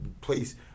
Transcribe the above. place